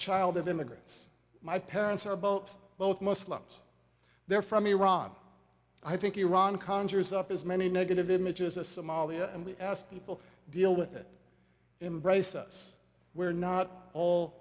child of immigrants my parents are both both muslims they're from iran i think iran conjures up as many negative images a somalia and we asked people deal with it embrace us we're not all